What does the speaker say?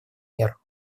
мер